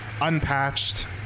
unpatched